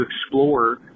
explore